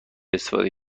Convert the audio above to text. استفاده